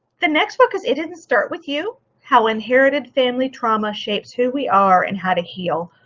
the next book is it didn't start with you how inherited family trauma shapes who we are and how to heal.